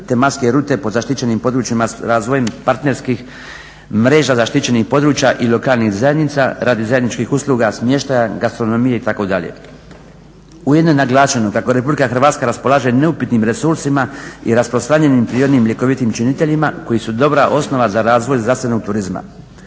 tematske rute pod zaštićenim područjima razvojem partnerskih mreža zaštićenih područja i lokalnih zajednica radi zajedničkih usluga smještaja, gastronomije itd. Ujedno je naglašeno kako RH raspolaže neupitnim resursima i rasprostranjenim prirodnim ljekovitim činiteljima koji su dobra osnova za razvoj zdravstvenog turizma.